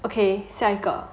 okay 下一个